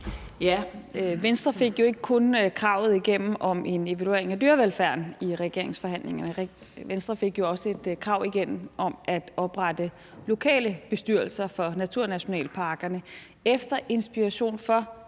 Venstre fik jo ikke kun kravet igennem om en evaluering af dyrevelfærden i regeringsforhandlingerne; Venstre fik jo også et krav igennem om at oprette lokale bestyrelser for naturnationalparkerne efter inspiration fra